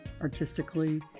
artistically